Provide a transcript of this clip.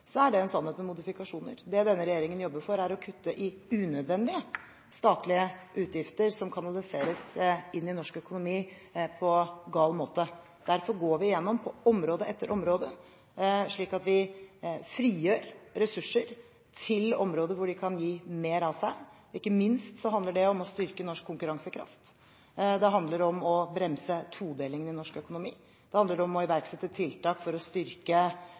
er det en sannhet med modifikasjoner. Det denne regjeringen jobber for, er å kutte i unødvendige statlige utgifter som kanaliseres inn i norsk økonomi på gal måte. Derfor går vi gjennom område etter område, slik at vi frigjør ressurser til områder hvor det kan gi mer av seg. Ikke minst handler det om å styrke norsk konkurransekraft. Det handler om å bremse todelingen i norsk økonomi. Det handler om å iverksette tiltak for å styrke